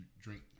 drink